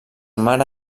mare